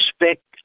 respect